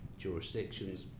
jurisdictions